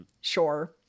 Sure